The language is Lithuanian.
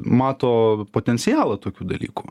mato potencialą tokių dalykų